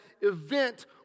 event